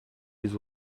les